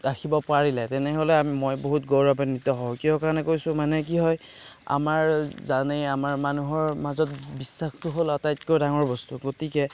ৰাখিব পাৰিলে তেনেহ'লে মই বহুত গৌৰৱান্বিত হওঁ কিহৰ কাৰণে কৈছোঁ মানে কি হয় আমাৰ জানেই আমাৰ মানুহৰ মাজত বিশ্বাসটো হ'ল আটাইতকৈ ডাঙৰ বস্তু গতিকে